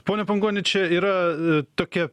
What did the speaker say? pone pangoni čia yra tokia